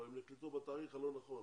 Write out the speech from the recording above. אבל הם נקלטו בתאריך הלא נכון,